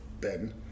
Ben